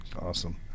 awesome